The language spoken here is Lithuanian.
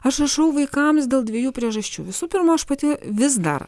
aš rašau vaikams dėl dviejų priežasčių visų pirma aš pati vis dar